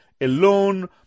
alone